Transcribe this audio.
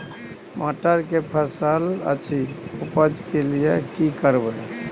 मटर के फसल अछि उपज के लिये की करबै?